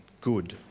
good